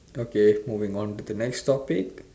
okay moving on to the next topic